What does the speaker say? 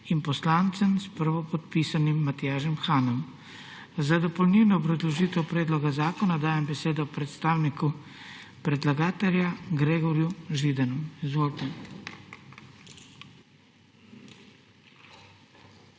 in poslancev s prvopodpisanim Matjažem Hanom. Za dopolnilno obrazložitev predloga zakona dajem besedo predstavniku predlagatelja Gregorju Židanu. Izvolite.